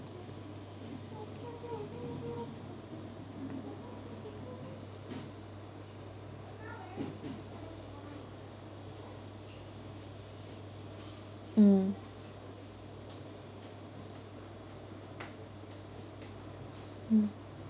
mm mm